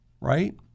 right